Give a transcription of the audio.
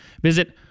Visit